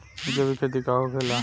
जैविक खेती का होखेला?